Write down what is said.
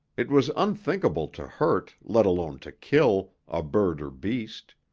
it was unthinkable to hurt, let alone to kill, a bird or beast.